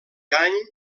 any